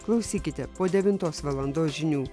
klausykite po devintos valandos žinių